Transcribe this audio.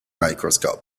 microscope